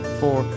four